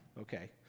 okay